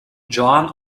joanne